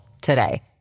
today